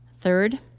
Third